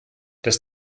das